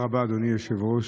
תודה רבה, אדוני היושב-ראש.